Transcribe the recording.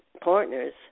partners